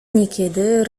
niekiedy